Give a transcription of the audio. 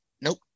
Nope